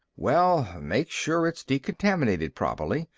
well, make sure it's decontaminated properly.